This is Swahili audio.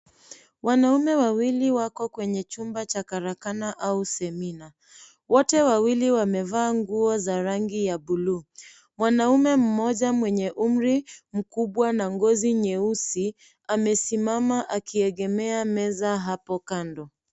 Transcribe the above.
Wanaume wawili wako kwenye chumba cha karakana au semina. Wote wawili wamevaa nguo za rangi ya buluu. Mwanume mmoja mwenye umri mkubwa na ngozi nyeusi amesimama akiegemea meza hapo kando.